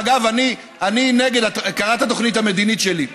אגב, אני נגד, קראת את התוכנית המדינית שלי.